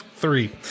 three